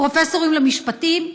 פרופסורים למשפטים?